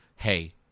Hey